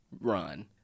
run